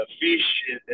fish